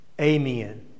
amen